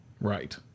Right